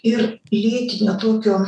ir lėtinio tokio